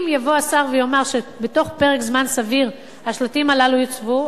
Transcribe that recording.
אם יבוא השר ויאמר שבתוך פרק זמן סביר השלטים הללו יוצבו,